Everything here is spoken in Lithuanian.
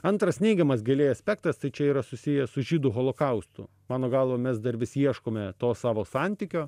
antras neigiamas giliai aspektas tai čia yra susiję su žydų holokaustu mano galva mes dar vis ieškome to savo santykio